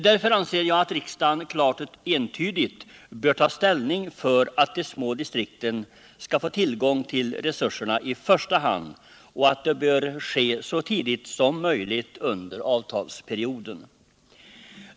Därför anser jag att riksdagen klart och entydigt bör ta ställning för att i första hand de små distrikten skall få tillgång till resurserna och för att detta bör ske så tidigt som möjligt under avtalsperioden.